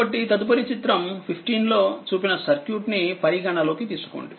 కాబట్టితదుపరి చిత్రం 15 లో చూపిన సర్క్యూట్ ని పరిగణలోకి తీసుకోండి